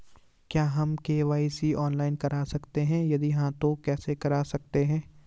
क्या हम KYC online करा सकते हैं यदि हाँ तो कैसे करा सकते हैं?